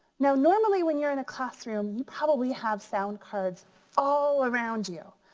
now normally when you're in a classroom, you probably have sound cards all around you.